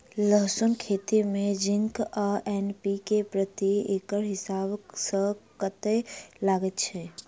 लहसून खेती मे जिंक आ एन.पी.के प्रति एकड़ हिसाब सँ कतेक लागै छै?